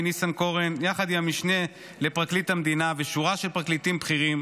ניסנקורן יחד עם המשנה לפרקליט המדינה ושורה של פרקליטים בכירים,